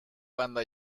banda